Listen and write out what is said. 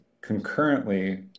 concurrently